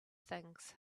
things